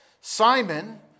Simon